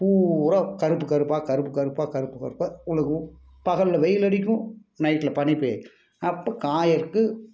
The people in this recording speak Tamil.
பூரா கருப்பு கருப்பா கருப்பு கருப்பா கருப்பு கருப்பா விழுகும் பகலில் வெயில் அடிக்கும் நைட்டில் பனி பெய்யும் அப்போ காயறதுக்கு